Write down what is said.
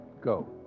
Go